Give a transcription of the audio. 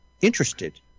interested